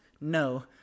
No